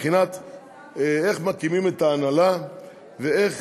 מבחינת איך מתאימים את ההנהלה ואיך